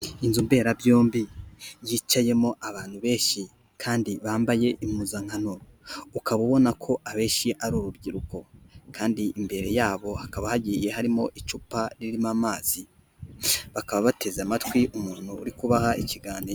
Inzu mberabyombi, yicayemo abantu benshi kandi bambaye impuzankano, ukaba ubona ko abeshi ari urubyiruko kandi imbere yabo hakaba hagiye harimo icupa ririmo amazi, bakaba bateze amatwi umuntu uri kubaha ikiganiro.